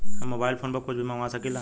हम mobile phone पर कुछ भी मंगवा सकिला?